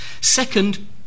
Second